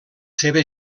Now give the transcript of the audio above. seva